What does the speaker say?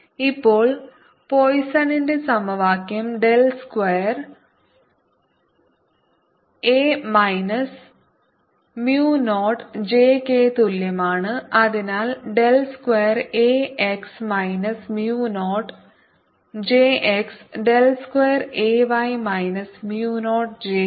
ഇപ്പോൾ പോയിസണിന്റെ സമവാക്യം del square A minus mu nought J ക്ക് തുല്യമാണ് അതിനാൽ del square A X minus mu nought J X del square A Y minus mu nought J Y